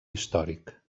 històric